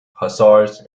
hussars